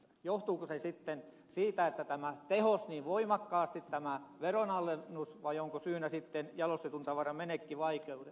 johtuuko se sitten siitä että tämä tehosi niin voimakkaasti tämä veronalennus vai onko syynä sitten jalostetun tavaran menekkivaikeudet